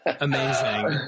amazing